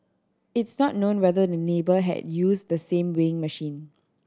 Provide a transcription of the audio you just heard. it's not known whether the neighbour had used the same weighing machine